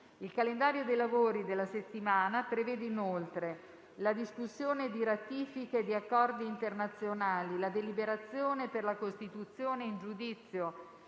Il calendario dei lavori della settimana prevede inoltre: la discussione di ratifiche e di accordi internazionali; la deliberazione per la costituzione in giudizio